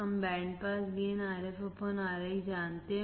हम बैंड पासगेन RfRi जानते हैं